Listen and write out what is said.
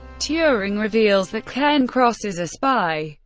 turing reveals that cairncross is a spy.